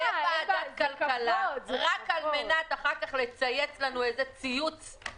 לוועדת כלכלה רק על מנת אחר כך לצייץ לנו איזה ציוץ.